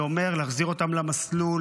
זה אומר להחזיר אותם למסלול,